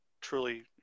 truly